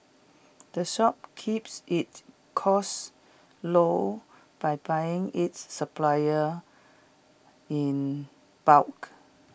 the shop keeps its costs low by buying its supplier in bulk